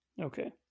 Okay